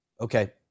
okay